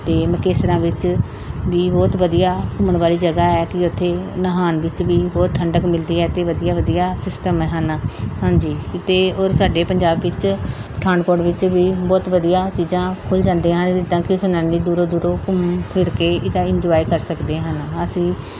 ਅਤੇ ਮੁਕੇਸਰਾਂ ਵਿੱਚ ਵੀ ਬਹੁਤ ਵਧੀਆ ਘੁੰਮਣ ਵਾਲੀ ਜਗ੍ਹਾ ਹੈ ਕਿ ਉੱਥੇ ਨਹਾਉਣ ਵਿੱਚ ਵੀ ਬਹੁਤ ਠੰਢਕ ਮਿਲਦੀ ਹੈ ਅਤੇ ਵਧੀਆ ਵਧੀਆ ਸਿਸਟਮ ਹੈ ਹਨ ਹਾਂਜੀ ਅਤੇ ਔਰ ਸਾਡੇ ਪੰਜਾਬ ਵਿੱਚ ਪਠਾਨਕੋਟ ਵਿੱਚ ਵੀ ਬਹੁਤ ਵਧੀਆ ਚੀਜ਼ਾਂ ਖੁੱਲ੍ਹ ਜਾਂਦੀਆਂ ਜਿੱਦਾਂ ਕਿ ਸੈਲਾਨੀ ਦੂਰੋਂ ਦੂਰੋਂ ਘੁੰਮ ਫਿਰ ਕੇ ਇਹਦਾ ਇੰਜੋਆਏ ਕਰ ਸਕਦੇ ਹਨ ਅਸੀਂ